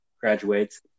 graduates